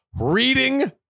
Reading